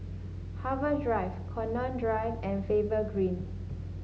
Harbour Drive Connaught Drive and Faber Green